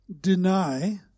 deny